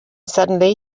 suddenly